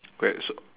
wait so